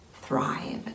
thrive